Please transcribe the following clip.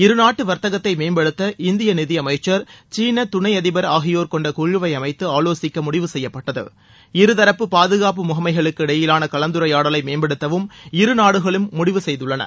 இருநாட்டு வர்த்தகத்தை மேம்படுத்த இந்திய நிதியமைச்சர் சீன துணை அதிபர் ஆகியோர் கொண்ட குழுவை அமைத்து ஆலோசிக்க முடிவு செய்யப்பட்டது இருதரப்பு பாதுகாப்பு முகமைகளுக்கு இடையிலான கலந்துரையாடலை மேம்படுத்தவும் இருநாடுகளும் முடிவு செய்துள்ளன